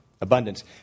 abundance